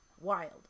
wild